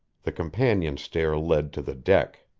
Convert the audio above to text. the companion stair led to the deck.